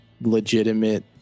legitimate